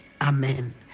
amen